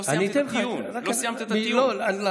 אתה טועה לגבי הכלכלה.